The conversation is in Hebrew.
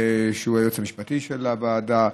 שהוא היועץ המשפטי של הוועדה,